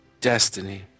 Destiny